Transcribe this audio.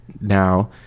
now